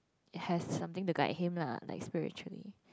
has something to guide him lah like spiritually